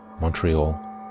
Montreal